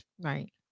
Right